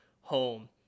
home